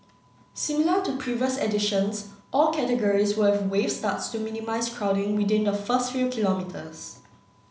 similar to previous editions all categories will have wave starts to minimise crowding within the first few kilometres